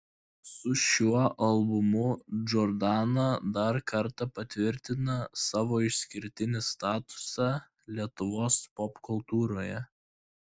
su šiuo albumu džordana dar kartą patvirtina savo išskirtinį statusą lietuvos popkultūroje